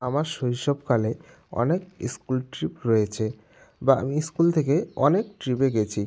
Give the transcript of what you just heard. আমার শৈশবকালে অনেক ইস্কুল ট্রিপ রয়েছে বা আমি ইস্কুল থেকে অনেক ট্রিপে গেছি